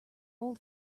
old